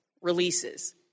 releases